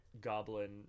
goblin